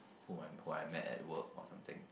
who I who I met at work or something